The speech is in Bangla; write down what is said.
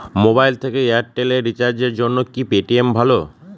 মোবাইল থেকে এয়ারটেল এ রিচার্জের জন্য কি পেটিএম ভালো?